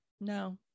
No